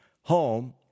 home